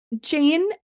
Jane